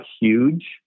huge